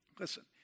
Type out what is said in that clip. Listen